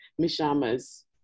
Mishama's